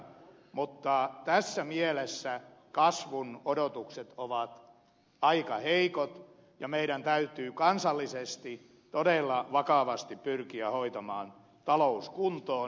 mutta tässä mielessä kasvun odotukset ovat aika heikot ja meidän täytyy kansallisesti todella vakavasti pyrkiä hoitamaan talous kuntoon